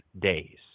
days